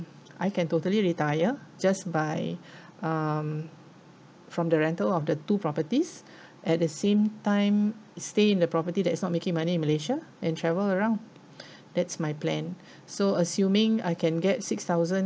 I can totally retire just by um from the rental of the two properties at the same time stay in the property that is not making money in malaysia and travel around that's my plan so assuming I can get six thousand